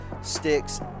sticks